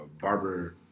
barber